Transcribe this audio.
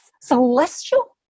celestial